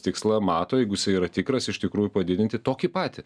tikslą mato jeigu jisai yra tikras iš tikrųjų padidinti tokį patį